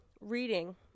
Reading